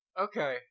Okay